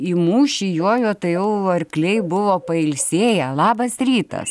į mūšį jojo tai jau arkliai buvo pailsėję labas rytas